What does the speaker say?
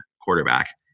quarterback